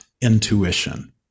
intuition